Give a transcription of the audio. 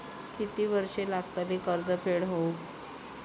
किती वर्षे लागतली कर्ज फेड होऊक?